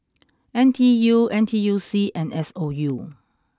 N T U N T U C and S O U